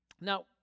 Now